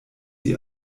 die